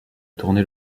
tourné